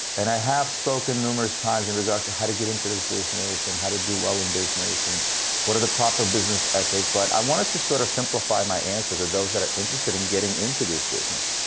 and i have spoken numerous times in regards to how to get into this business and how to do well in business. and what are the proper business ethics? but i wanted to sort of simplify my answer to those that are interested in getting into this business.